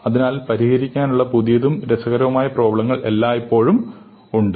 അതിനാൽ പരിഹരിക്കാനുള്ള പുതിയതും രസകരവുമായ പ്രോബ്ലങ്ങൾ എല്ലായ്പ്പോഴും ഉണ്ട്